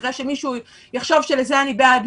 במקרה שמישהו יחשוב שאני בעד זה.